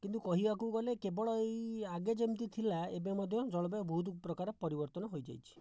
କିନ୍ତୁ କହିବାକୁ ଗଲେ କେବଳ ଏଇ ଆଗେ ଯେମିତି ଥିଲା ଏବେ ମଧ୍ୟ ଜଳବାୟୁ ବହୁତ ପ୍ରକାର ପରିବର୍ତ୍ତନ ହୋଇଯାଇଛି